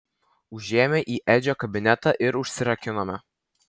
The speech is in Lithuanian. užėjome į edžio kabinetą ir užsirakinome